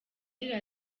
agira